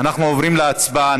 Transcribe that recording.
אנחנו עוברים להצבעה.